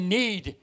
need